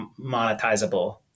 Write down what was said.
monetizable